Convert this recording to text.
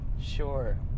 Sure